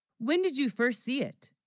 when did you first see it